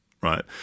right